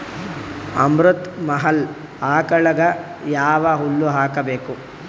ಅಮೃತ ಮಹಲ್ ಆಕಳಗ ಯಾವ ಹುಲ್ಲು ಹಾಕಬೇಕು?